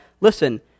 listen